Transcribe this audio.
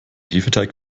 hefeteig